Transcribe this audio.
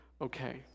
okay